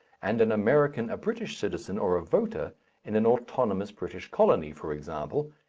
and an american a british citizen or a voter in an autonomous british colony, for example,